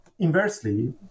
Inversely